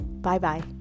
Bye-bye